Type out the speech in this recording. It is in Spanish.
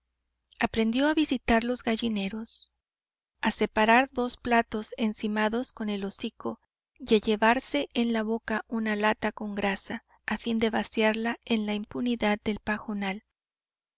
aprendió a visitar los gallineros a separar dos platos encimados con el hocico y a llevarse en la boca una lata con grasa a fin de vaciarla en la impunidad del pajonal